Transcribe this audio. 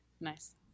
Nice